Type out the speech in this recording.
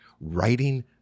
writing